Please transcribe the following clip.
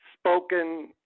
spoken